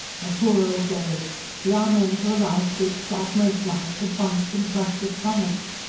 a poor old derelict the amen to a life which, like most lives had once been flush with promise.